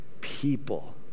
people